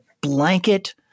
blanket